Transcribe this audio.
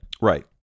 Right